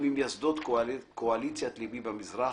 וממייסדות "קואליציית ליבי במזרח"